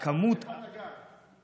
איפה אתה גר?